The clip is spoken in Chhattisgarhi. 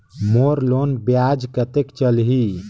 मोर लोन ब्याज कतेक चलही?